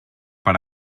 per